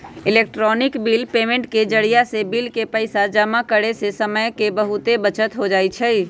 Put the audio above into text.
electronic bill payment के जरियासे bill के पइसा जमा करेयसे समय के बहूते बचत हो जाई छै